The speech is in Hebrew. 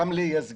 גם לי יש סגן,